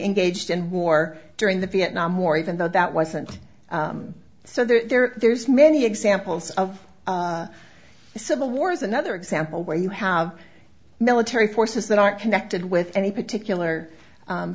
engaged in war during the vietnam war even though that wasn't so there there's many examples of civil wars another example where you have military forces that aren't connected with any particular